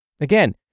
Again